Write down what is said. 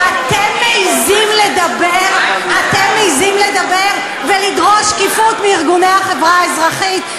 ואתם מעזים לדבר ולדרוש שקיפות מארגוני החברה האזרחית?